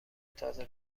تازه